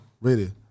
ready